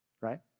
right